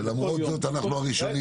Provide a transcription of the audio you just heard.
ולמרות זאת אנחנו הראשונים